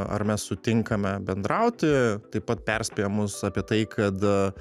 ar mes sutinkame bendrauti taip pat perspėja mus apie tai kad